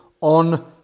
on